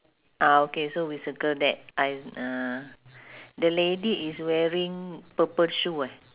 ah okay so we circle that I uh the lady is wearing purple shoe eh